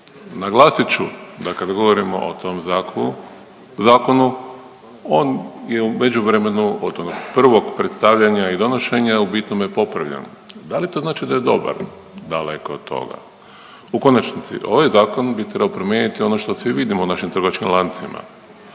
Naglasit ću da kad govorimo o tom zakonu on je u međuvremenu od onog prvog predstavljanja i donošenja u bitnome popravljen. Da li to znači da je dobar? Daleko od toga. U Konačnici ovaj zakon bi trebao promijeniti ono što vidimo u našim trgovačkim lancima,